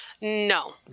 No